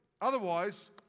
Otherwise